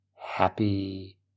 happy